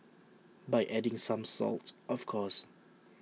by adding some salt of course